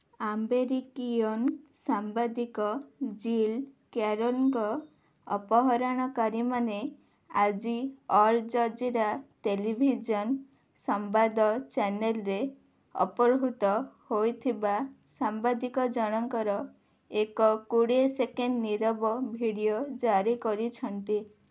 American ସାମ୍ବାଦିକ Jill କ୍ୟାରୋଲ୍ଙ୍କ ଅପହରଣକାରୀମାନେ ଆଜି ଅଲ୍ ଜଜିରା ଟେଲିଭିଜନ୍ ସମ୍ବାଦ ଚ୍ୟାନେଲ୍ରେ ଅପହୃତ ହୋଇଥିବା ସାମ୍ବାଦିକ ଜଣଙ୍କର ଏକ କୋଡ଼ିଏ ସେକେଣ୍ଡ୍ର ନୀରବ ଭିଡ଼ିଓ ଜାରି କରିଛନ୍ତି